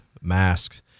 masks